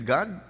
God